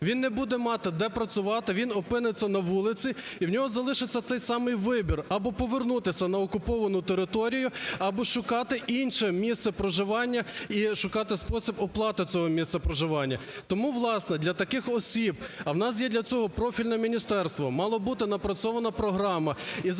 він не буде мати, де працювати, він опиниться на вулиці, і в нього залишиться цей самий вибір: або повернутися на окуповану територію, або шукати інше місце проживання і шукати спосіб оплати цього місця проживання. Тому, власне, для таких осіб, а в нас є для цього профільне міністерство, мала бути напрацьована програма,